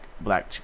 black